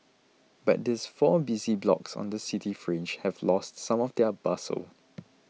but these four busy blocks on the city fringe have lost some of their bustle